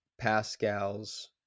Pascal's